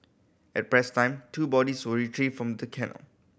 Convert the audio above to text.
at press time two bodies were retrieved from the canal